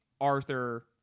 Arthur